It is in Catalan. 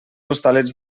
hostalets